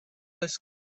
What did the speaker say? oes